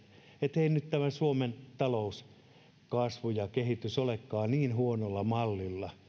ettei nyt suomen talouskasvu ja kehitys olekaan niin huonolla mallilla